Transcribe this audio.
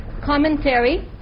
commentary